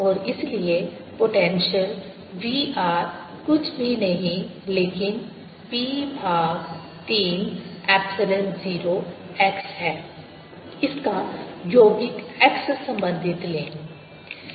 और इसलिए potential V r कुछ भी नहीं लेकिन P भाग 3 एप्सिलॉन 0 x है इसका यौगिक x संबंधित लें